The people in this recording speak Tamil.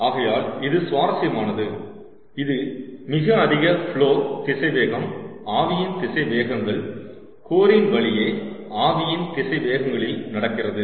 ஆகையால் இது சுவாரசியமானது இது மிக அதிக ஃபுலோ திசைவேகம் ஆவியின் திசை வேகங்கள் கோரின் வழியே ஆவியின் திசை வேகங்களில் நடக்கிறது